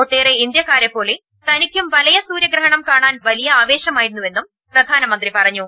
ഒട്ടേറെ ഇന്ത്യക്കാരെപ്പോലെ തനിക്കും വലയ സൂര്യഗ്രഹണം കാണാൻ വലിയ ആവേശമായിരുന്നുവെന്നും പ്രധാനമന്ത്രി പറ ഞ്ഞു